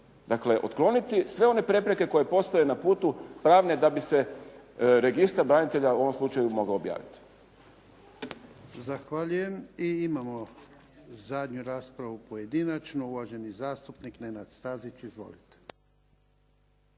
Dakle otkloniti sve one prepreke koje postoje na putu pravne, da bi se registar branitelja u ovom slučaju mogao objaviti. **Jarnjak, Ivan (HDZ)** Zahvaljujem. I imamo zadnju raspravu pojedinačno, uvaženi zastupnik Nenad Stazić. Izvolite.